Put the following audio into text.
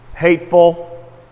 hateful